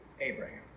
Abraham